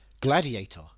Gladiator